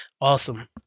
Awesome